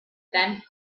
then